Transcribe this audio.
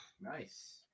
Nice